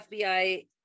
fbi